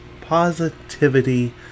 positivity